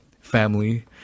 family